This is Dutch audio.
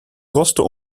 kosten